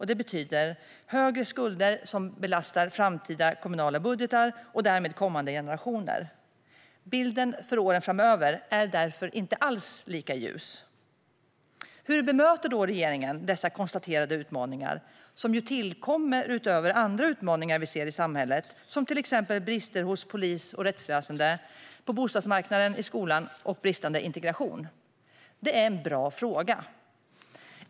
Det betyder högre skulder som belastar framtida kommunala budgetar och därmed kommande generationer. Bilden för åren framöver är därför inte alls lika ljus. Hur bemöter då regeringen dessa konstaterade utmaningar, som tillkommer utöver andra utmaningar vi ser i samhället, till exempel brister hos polis och rättsväsen, på bostadsmarknaden och i skolan och bristande integration? Det är en bra fråga.